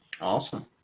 Awesome